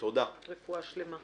רפואה שלמה.